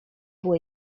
było